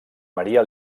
maria